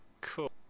cool